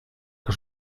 que